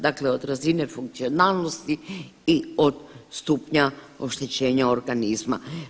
Dakle, od razine funkcionalnosti i od stupnja oštećenja organizma.